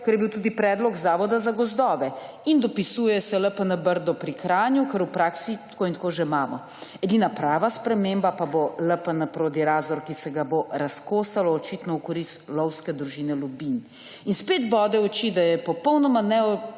kar je bil tudi predlog Zavoda za gozdove, in dopisuje se LPN Brdo pri Kranju, ker v praksi tako in tako že imamo. Edina prava sprememba pa bo LPN Prodi-Razor, ki se bo razkosal očitno v korist lovske družine Ljubinj. In spet bode v oči, da je popolnoma